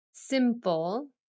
simple